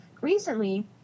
Recently